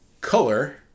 color